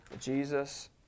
Jesus